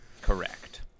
Correct